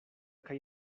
kaj